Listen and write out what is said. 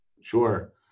Sure